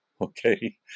okay